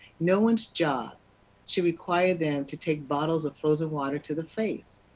no one's job should require them to take bottles of frozen water to the face.